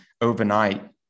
Overnight